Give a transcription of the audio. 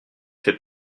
fait